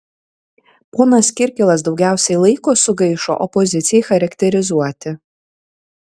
ponas kirkilas daugiausiai laiko sugaišo opozicijai charakterizuoti